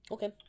Okay